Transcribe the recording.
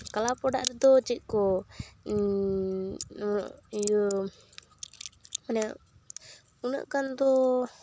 club ᱚᱲᱟᱜ ᱨᱮᱫᱚ ᱪᱮᱫᱠᱚ ᱤᱭᱟᱹ ᱢᱟᱱᱮ ᱩᱱᱟᱹᱜ ᱜᱟᱱᱫᱚ